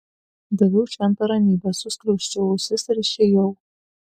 daviau šventą ramybę suskliausčiau ausis ir išėjau